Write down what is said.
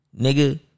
Nigga